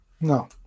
No